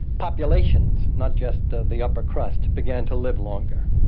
populations, not just the the upper crust, began to live longer.